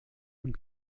und